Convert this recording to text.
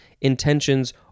intentions